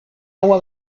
agua